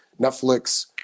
Netflix